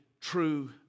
true